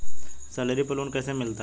Salary पर loan कैसे मिलता है?